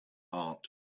heart